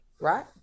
right